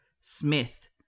Smith